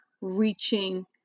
reaching